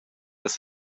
las